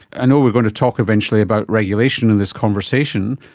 i know we're going to talk eventually about regulation in this conversation,